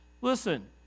Listen